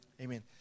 Amen